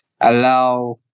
allow